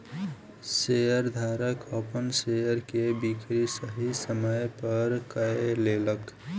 शेयरधारक अपन शेयर के बिक्री सही समय पर कय लेलक